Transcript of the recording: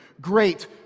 great